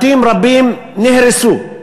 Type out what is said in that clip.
בתים רבים נהרסו,